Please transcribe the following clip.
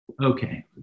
Okay